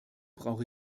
brauche